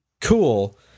cool